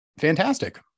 fantastic